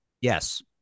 Yes